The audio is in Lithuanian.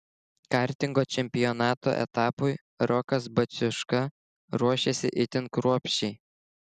kartingo čempionato etapui rokas baciuška ruošėsi itin kruopščiai